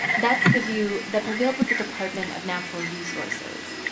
that's the view that prevailed with the department of natural resources.